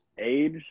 age